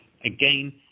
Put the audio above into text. again